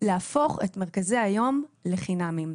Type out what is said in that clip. להפוך את מרכזי היום לחינמיים.